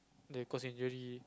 they cause injury